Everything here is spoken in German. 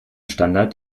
standard